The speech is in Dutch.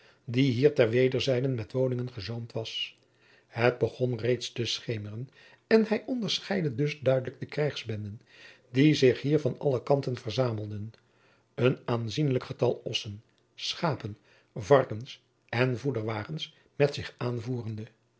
die hier ter wederzijden met woningen gezoomd was het begon reeds te schemeren en hij onderscheidde dus duidelijk de krijgsbenden die zich hier van alle kanten verzamelden een aanzienlijk getal ossen schapen varkens en voederwagens met zich aanvoerende